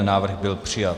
Návrh byl přijat.